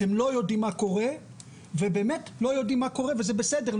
אתם לא יודעים מה קורה ובאמת לא יודעים מה קורה וזה בסדר.